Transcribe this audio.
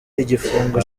igifungo